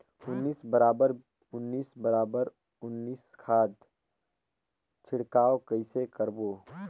उन्नीस बराबर उन्नीस बराबर उन्नीस खाद छिड़काव कइसे करबो?